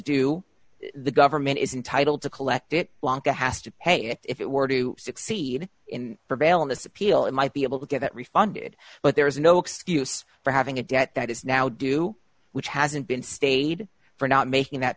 due the government is entitled to collect it blanka has to pay it if it were to succeed in prevail in this appeal it might be able to get refunded but there is no excuse for having a debt that is now due which hasn't been stayed for not making that